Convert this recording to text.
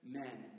men